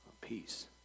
peace